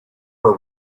were